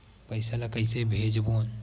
पईसा ला कइसे भेजबोन?